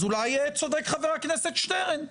אז אולי צודק חבר הכנסת שטרן,